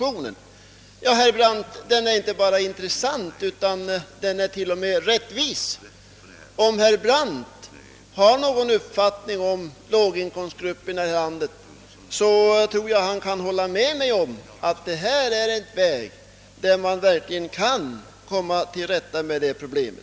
Ja, den är inte bara intressant, utan den är t.o.m. rättvis, Har herr Brandt någon uppfattning om låginkomstgrupperna i det här landet, tror jag han kan hålla med mig om att detta är en väg att verkligen komma till rätta med deras problem.